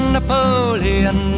Napoleon